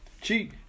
Cheat